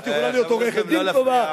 את יכולה להיות עורכת-דין טובה,